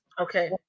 Okay